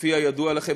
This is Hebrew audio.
כפי שידוע לכם,